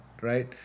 right